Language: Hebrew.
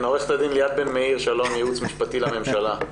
מאיר, ייעוץ משפטי לממשלה,